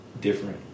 Different